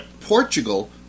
Portugal